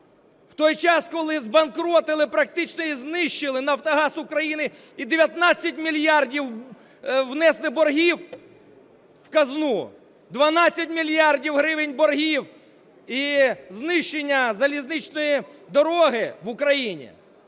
в той час, коли збанкротили практично і знищили Нафтогаз України, і 19 мільярдів внесли боргів в казну. 12 мільярдів гривень боргів і знищення залізничної дороги в Україні.